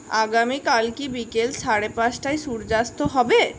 আগামীকাল কি বিকেল সাড়ে পাঁচটায় সূর্যাস্ত হবে